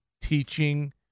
teaching